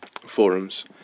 forums